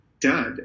dud